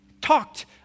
talked